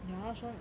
ya shaun